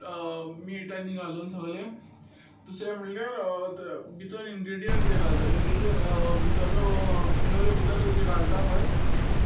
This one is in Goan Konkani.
पीठ आनी घालून सगळें दुसरें म्हणल्यार भितर इन्ग्रिडियंट कितें घालता नेवऱ्यांत भितर जें घालता पळय